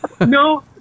No